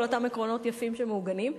את כל אותם עקרונות יפים שמעוגנים,